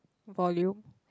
volume